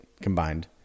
combined